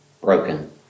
broken